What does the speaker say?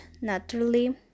naturally